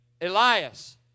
Elias